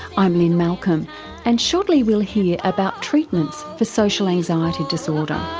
i'm lynne malcolm and shortly we'll hear about treatments for social anxiety disorder.